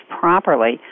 properly